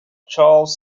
charles